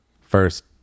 First